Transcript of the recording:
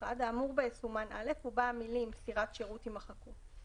האמור בה יסומן (א) ובה המילים "סירת שירות" יימחקו,